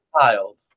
child